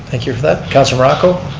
thank you for that. councilor morocco.